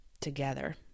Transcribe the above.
together